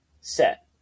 set